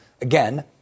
again